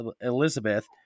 Elizabeth